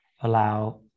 allow